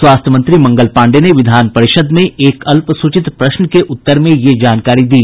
स्वास्थ्य मंत्री मंगल पांडेय ने विधान परिषद में एक अल्पसूचित प्रश्न के उत्तर में यह जानकारी दी